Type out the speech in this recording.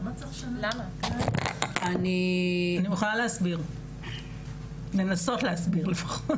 אני מוכנה להסביר, לנסות להסביר לפחות.